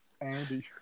Andy